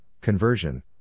conversion